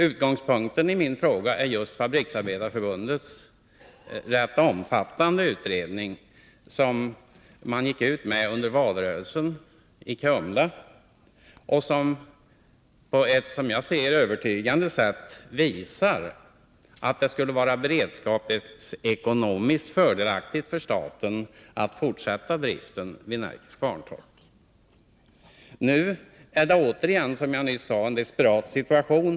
Utgångspunkten för min fråga är just Fabriksarbetareförbundets rätt omfattande utredning, som man gick ut med under valrörelsen i Kumla och som på ett, som jag ser det, övertygande sätt visar att det skulle vara beredskapsekonomiskt fördelaktigt för staten att driften fortsätter vid Närkes Kvarntorp. Nu är det återigen, som jag nyss sade, en desperat situation.